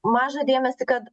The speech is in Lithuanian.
mažą dėmesį kad